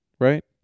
right